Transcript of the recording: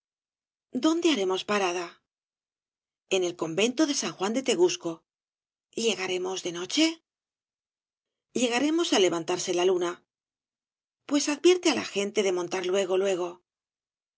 dónde haremos parada en el convento de san juan de tegusco llegaremos de noche obras de valle inclan llegaremos al levantarse la luna pues advierte á la gente de montar luego luego